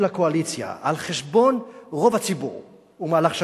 הקואליציה על חשבון רוב הציבור הוא מהלך שגוי.